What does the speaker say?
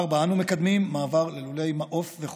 אנו מקדמים מעבר ללולי מעוף וחופש.